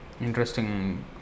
interesting